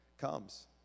comes